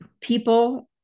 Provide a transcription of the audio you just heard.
people